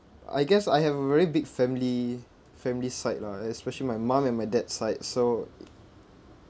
I guess I have a very big family family side lah especially my mum and my dad side so